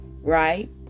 right